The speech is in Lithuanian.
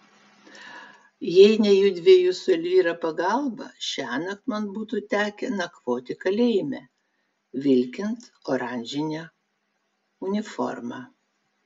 jei ne judviejų su elvyra pagalba šiąnakt man būtų tekę nakvoti kalėjime vilkint oranžinę uniformą